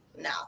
No